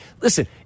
Listen